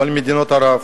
כל מדינות ערב,